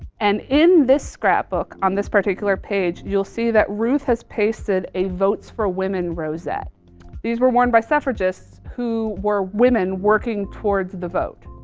and in this scrapbook on this particular page, you'll see that ruth has pasted a votes for women rosette, these were worn by suffragists who were women working towards the vote.